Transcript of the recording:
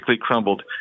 crumbled